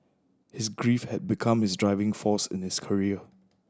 his grief had become his driving force in his career